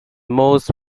most